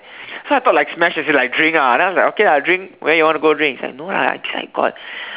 so I thought like smash as in like drink ah then I was like okay lah drink where you want to go drink he's like no lah I think I got